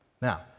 Now